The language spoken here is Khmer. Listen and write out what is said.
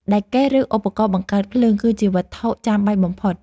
ដែកកេះ ឬឧបករណ៍បង្កើតភ្លើងគឺជាវត្ថុចាំបាច់បំផុត។